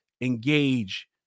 engage